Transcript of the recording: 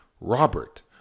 Robert